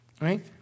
Right